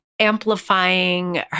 Amplifying